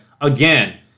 again